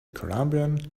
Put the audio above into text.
columbian